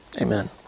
Amen